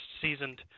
seasoned